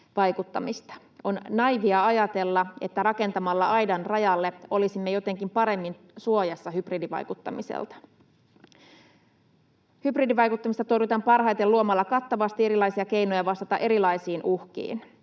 On naiivia ajatella, että rakentamalla aidan rajalle olisimme jotenkin paremmin suojassa hybridivaikuttamiselta. Hybridivaikuttamista torjutaan parhaiten luomalla kattavasti erilaisia keinoja vastata erilaisiin uhkiin.